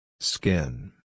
Skin